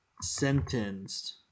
sentenced